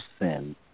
sin